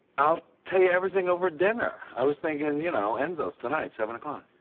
i'll tell you everything over dinner. i was thinking, you know, enzo's, tonight seven o'clock.